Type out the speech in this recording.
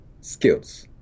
skills